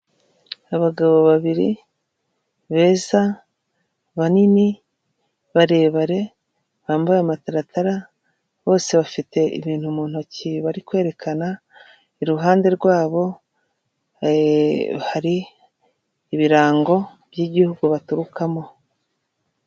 Abagabo babiri beza banini barebare bambaye amataratara, bose bafite ibintu mu ntoki bari kwerekana, iruhande rwabo hari ibirango by'igihugu baturukamo.